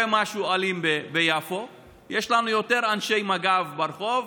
משהו אלים ביפו יש לנו יותר אנשי מג"ב ברחוב,